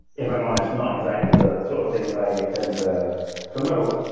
if i'm honest, not exactly the sort of things i tend to promote.